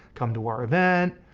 come to our event,